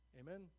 Amen